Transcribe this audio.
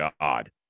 God